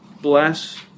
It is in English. bless